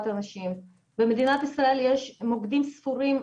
הנשים ובמדינת ישראל מוקדים ספורים,